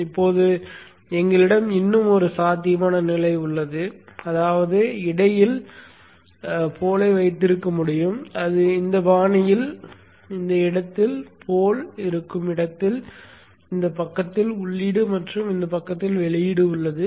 இப்போது எங்களிடம் இன்னும் ஒரு சாத்தியமான நிலை உள்ளது அதாவது இடையில் போல்ஐ வைத்திருக்க முடியும் அது இந்த பாணியில் உள்ள இடத்தில் போல் இருக்கும் இடத்தில் இந்த பக்கத்தில் உள்ளீடு மற்றும் இந்த பக்கத்தில் வெளியீடு உள்ளது